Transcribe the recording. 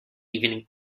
evening